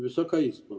Wysoka Izbo!